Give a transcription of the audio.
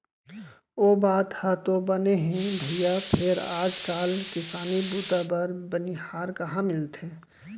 ओ बात ह तो बने हे भइया फेर आज काल किसानी बूता बर बनिहार कहॉं मिलथे?